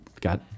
got